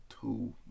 two